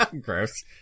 gross